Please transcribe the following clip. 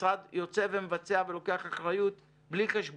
המשרד יוצא ומבצע ולוקח אחריות בלי חשבון,